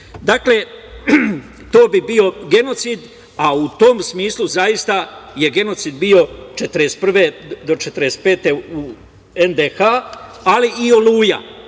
itd. Dakle, to bi bio genocid, a u tom smislu zaista je genocid bio 1941. do 1945. u NDH, ali i "Oluja",